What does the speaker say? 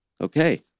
Okay